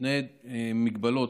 שתי הגבלות: